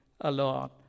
alone